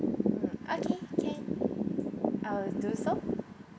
mm okay can I will do so